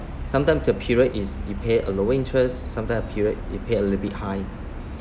sometime the period is you pay a lower interest sometimes a period you pay a little bit high